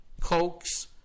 Cokes